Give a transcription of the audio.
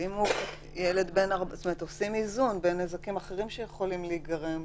יש פה איזון בין נזקים אחרים שיכולים להיגרם.